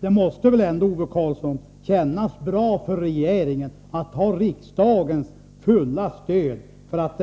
Det måste väl ändå, Ove Karlsson, kännas bra för regeringen att ha riksdagens fulla stöd för att